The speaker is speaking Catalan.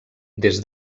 des